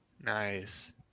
Nice